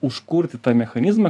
užkurti tą mechanizmą